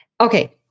Okay